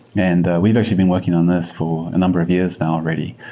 and we've actually been working on this for a number of years now already,